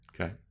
Okay